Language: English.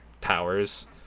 powers